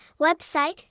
website